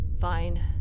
Fine